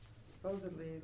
supposedly